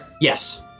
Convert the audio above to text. Yes